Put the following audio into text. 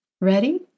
Ready